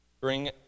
Bring